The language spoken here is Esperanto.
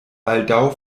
baldaŭ